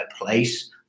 place